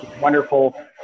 wonderful